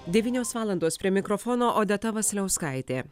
devynios valandos prie mikrofono odeta vasiliauskaitė